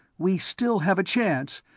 we still have a chance.